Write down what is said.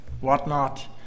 whatnot